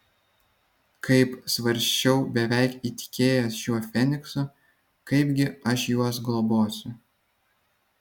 kaip svarsčiau beveik įtikėjęs šiuo feniksu kaipgi aš juos globosiu